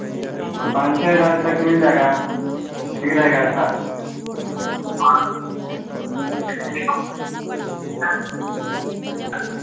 वह पाँच छः हज़ार तक मिल जाएगा ठीक रहेगा अच्छा